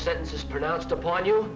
sentence was pronounced upon you